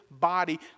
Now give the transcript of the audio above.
body